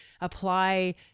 apply